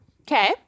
Okay